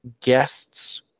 guests